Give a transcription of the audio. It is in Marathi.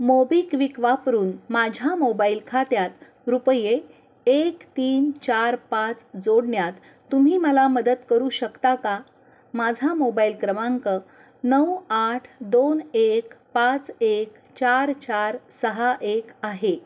मोबिक्विक वापरून माझ्या मोबाईल खात्यात रुपये एक तीन चार पाच जोडण्यात तुम्ही मला मदत करू शकता का माझा मोबाईल क्रमांक नऊ आठ दोन एक पाच एक चार चार सहा एक आहे